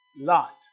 Lot